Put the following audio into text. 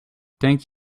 thank